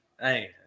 Hey